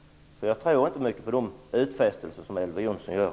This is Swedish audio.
Jag tror inte mycket på de utfästelser som Elver Jonsson gör.